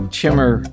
Chimmer